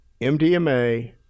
MDMA